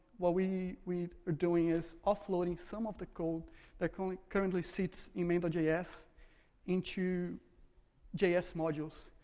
what we we are doing is offloading some of the code that currently currently sits in main but js into js modules.